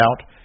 out